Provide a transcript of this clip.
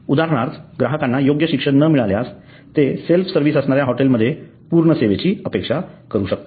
उदाहरणार्थ ग्राहकांना योग्य शिक्षण न मिळाल्यास ते सेल्फ सर्व्हिस असणाऱ्या हॉटेलमध्ये पूर्ण सेवेची अपेक्षा करू शकतात